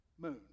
Moon